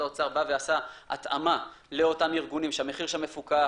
האוצר בא ועשה התאמה לאותם ארגונים שהמחיר שם מפוקח,